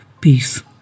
Peace